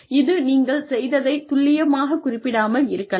இது நீங்கள் செய்ததை துல்லியமாகக் குறிப்பிடாமல் இருக்கலாம்